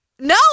No